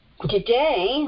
today